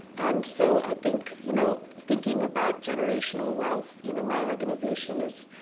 and so, i think, you know, thinking about generational wealth you know, my organization is,